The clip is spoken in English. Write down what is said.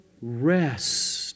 rest